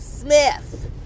Smith